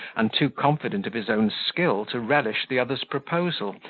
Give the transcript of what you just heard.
and too confident of his own skill to relish the other's proposal,